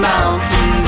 Mountain